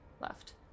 left